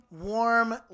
warm